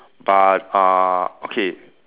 but uh okay